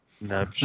No